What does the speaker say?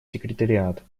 секретариат